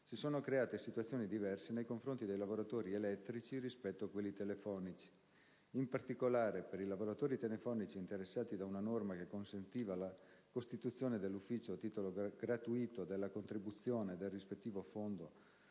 si sono create situazioni diverse nei confronti dei lavoratori elettrici rispetto a quelli telefonici. In particolare, per i lavoratori telefonici interessati da una norma che consentiva la costituzione d'ufficio a titolo gratuito della contribuzione del rispettivo fondo